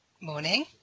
Morning